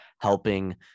helping